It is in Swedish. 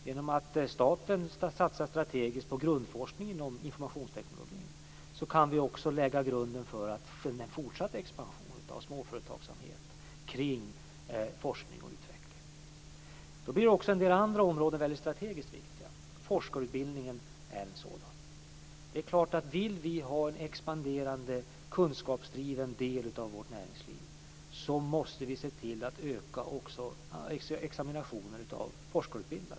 Genom att staten satsar strategiskt på grundforskningen inom informationstekniken kan vi också lägga grunden för den fortsatta expansionen av småföretagsamhet kring forskning och utveckling. Då blir också en del andra områden strategiskt väldigt viktiga. Forskarutbildningen är ett sådant område. Vill vi ha en expanderande kunskapsdriven del av vårt näringsliv, måste vi också öka examinationen av forskarutbildare.